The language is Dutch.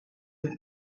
het